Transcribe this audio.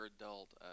adult